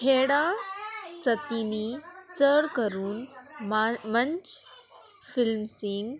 खेडां सतीनी चड करून मंच फिल्म सिंग